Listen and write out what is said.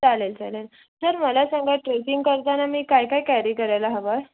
चालेल चालेल सर मला सांगा ट्रेकिंग करताना मी काय काय कॅरी करायला हवं